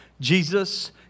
Jesus